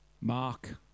Mark